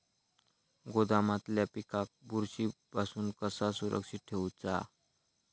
गोदामातल्या पिकाक बुरशी पासून कसा सुरक्षित ठेऊचा?